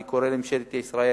אני קורא לממשלת ישראל